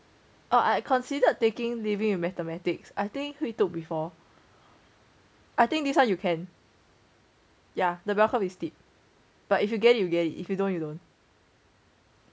I I considered taking living you mathematics I think took before I think this one you can yeah the bell curve is steep but if you get you get you if you don't you don't